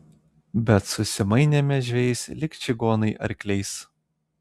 bet susimainėme žvejais lyg čigonai arkliais